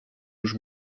już